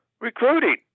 recruiting